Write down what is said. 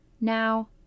Now